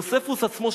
"יוספוס עצמו,